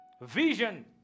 Vision